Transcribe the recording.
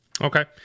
Okay